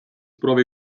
proovi